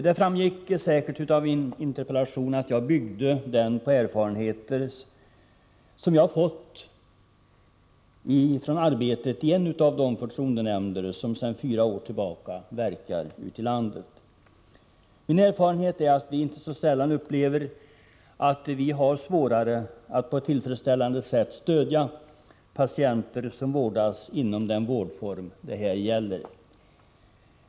Det framgick säkert av min interpellation att jag byggde den på erfarenheter som jag fått från arbetet i en av de förtroendenämnder som sedan fyra år tillbaka verkar ute i landet. Min erfarenhet är att vi inte så sällan upplever att vi har svårare att på ett tillfredsställande sätt stödja patienter som vårdas inom den vårdform det här gäller.